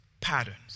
patterns